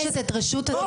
חתיכת חצוף.